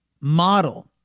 model